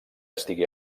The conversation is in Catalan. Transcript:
estigui